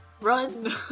Run